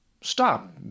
Stop